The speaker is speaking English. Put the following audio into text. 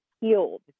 healed